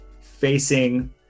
facing